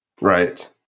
Right